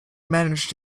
managed